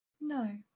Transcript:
No